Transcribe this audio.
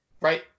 Right